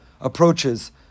approaches